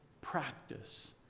practice